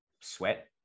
sweat